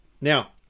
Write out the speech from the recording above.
Now